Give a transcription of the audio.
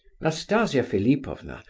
nastasia philipovna,